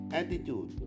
attitude